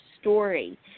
story